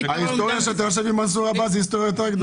ההיסטוריה שאתה יושב עם מנסור עבאס היא היסטוריה יותר גדולה.